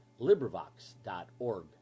LibriVox.org